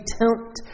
tempt